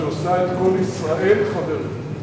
שעושה את כל ישראל חברים.